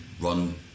run